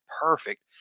perfect